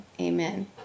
amen